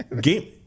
game